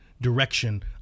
direction